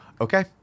okay